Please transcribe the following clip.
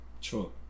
Sure